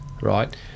right